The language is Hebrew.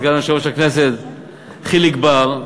סגן יושב-ראש הכנסת חיליק בר.